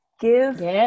give